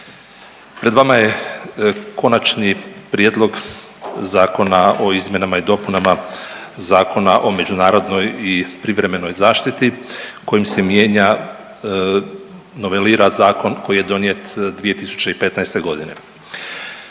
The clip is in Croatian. pred vama je Konačni prijedlog Zakona o izmjenama i dopunama Zakona o međunarodnoj i privremenoj zaštiti kojim se mijenja, novelira zakon koji je donijet 2015. godine.